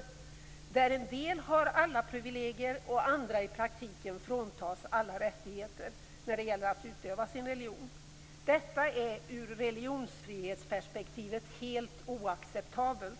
En del av dessa har alla privilegier och andra fråntas i praktiken alla rättigheter att utöva sin religion. Detta är i religionsfrihetsperspektiv helt oacceptabelt.